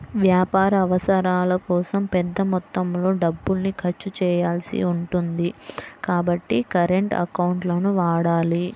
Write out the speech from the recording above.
వ్యాపార అవసరాల కోసం పెద్ద మొత్తంలో డబ్బుల్ని ఖర్చు చేయాల్సి ఉంటుంది కాబట్టి కరెంట్ అకౌంట్లను వాడాలి